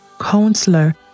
Counselor